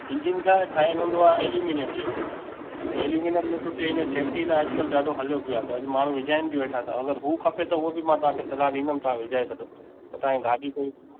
engine छा आहे ठहियल हुंदो एलीमिनियम जो त एलीमिनियम न टुटे इनजे सेफ़्टीअ लाइ अॼकल्ह ॾाढो हलियो पियो आहे त अॼु माण्हूं विझाइन बि वेठा पिया त अगरि हू खपे त हू बि मां तव्हांखे सलाह ॾींदुमि तव्हां विझाए छॾो त तव्हांजी गाॾी भई